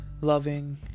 loving